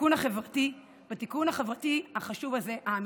בתיקון החברתי החשוב הזה, האמיתי,